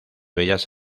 bellas